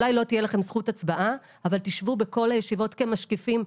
אולי לא תהיה לכם זכות הצבעה אבל תשבו בכל הישיבות כמשקיפים,